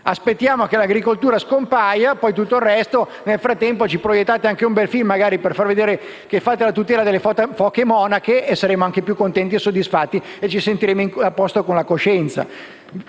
Aspettiamo che l'agricoltura scompaia e, nel frattempo, proiettate anche un bel film per far vedere che vi occupate della tutela della foche monache e saremo anche più contenti e soddisfatti e ci sentiremmo a posto con la coscienza.